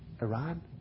Iran